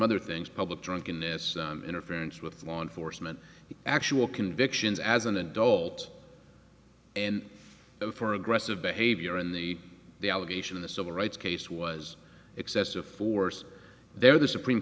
other things public drunkenness interference with law enforcement actual convictions as an adult and for aggressive behavior in the the allegation in the civil rights case was excessive force there the supreme